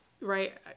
right